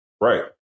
Right